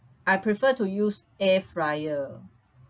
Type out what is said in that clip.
I prefer to use air fryer